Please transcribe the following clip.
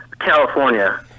California